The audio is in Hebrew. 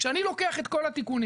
כשאני לוקח את כל התיקונים